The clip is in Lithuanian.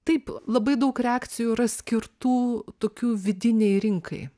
taip labai daug reakcijų yra skirtų tokių vidinei rinkai